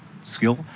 skill